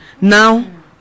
Now